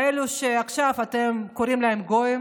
אלו שעכשיו אתם קוראים להם גויים,